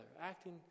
Acting